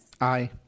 Aye